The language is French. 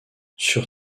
sur